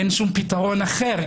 אין פתרון אחר,